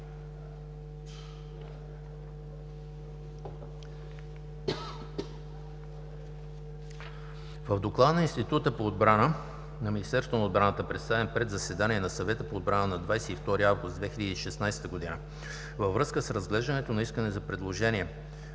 В доклад на Института по отбрана (ИО) на Министерството на отбраната, представен пред заседание на Съвета по отбрана на 22 август 2016 г., във връзка с разглеждането на Искането за предложение)